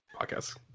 podcast